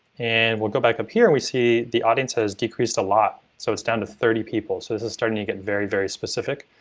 and we'll go back up here and we see the audience has decreased a lot. so it's down to thirty people. so this is starting to get very, very specific,